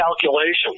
calculations